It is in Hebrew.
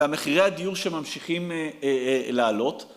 ‫המחירי הדיור שממשיכים לעלות.